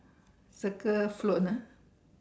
circle float ah